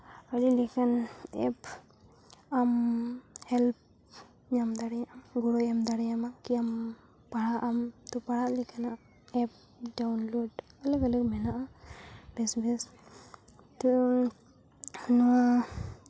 ᱟᱹᱰᱤ ᱞᱮᱠᱟᱱ ᱮᱯ ᱟᱢ ᱦᱮᱞᱯ ᱧᱟᱢ ᱫᱟᱲᱮᱭᱟᱜ ᱟᱢ ᱟᱢ ᱜᱚᱲᱚᱭ ᱮᱢ ᱫᱟᱲᱮᱭᱟᱢᱟ ᱠᱤ ᱟᱢ ᱛᱳ ᱯᱟᱲᱦᱟᱜ ᱞᱮᱠᱟᱱᱟᱜ ᱮᱯ ᱰᱟᱣᱩᱱᱞᱳᱰ ᱟᱞᱟᱜᱽ ᱟᱞᱟᱜᱽ ᱢᱮᱱᱟᱜᱼᱟ ᱵᱮᱥ ᱵᱮᱥ ᱛᱳ ᱱᱚᱣᱟ